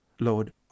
Lord